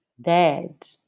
Dead